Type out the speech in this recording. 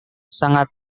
sangat